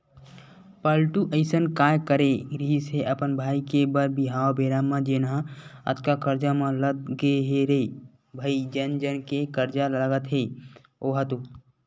पलटू अइसन काय करे रिहिस हे अपन भाई के बर बिहाव बेरा म जेनहा अतका करजा म लद गे हे रे भई जन जन के करजा लगत हे ओहा तो